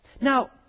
Now